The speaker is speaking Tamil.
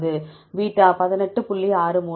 09 பீட்டா 18